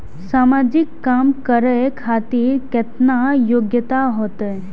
समाजिक काम करें खातिर केतना योग्यता होते?